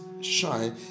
shine